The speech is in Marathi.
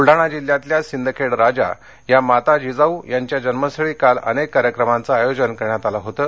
ब्रुलडाणा जिल्ह्यातल्या सिंदखेड राजा या माता जिजाऊ यांच्या जन्मस्थळी काल अनेक कार्यक्रमांचं आयोजन करण्यात आलं होतं